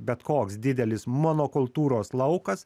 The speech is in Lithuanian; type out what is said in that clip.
bet koks didelis monokultūros laukas